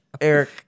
Eric